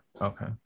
Okay